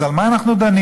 אז על מה אנחנו דנים?